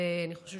ואני חושבת